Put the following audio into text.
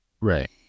Right